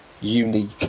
unique